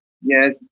Yes